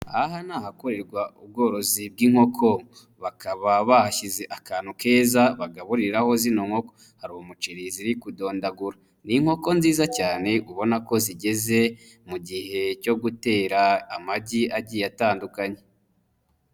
Aha ni ahakorerwa ubworozi bw'inkoko bakaba bahashyize akantu keza bagaburiraho zino nkoko, hari umuceri ziri gudondagura, ni inkoko nziza cyane ubona ko zigeze mu gihe cyo gutera amagi agiye atandukanye.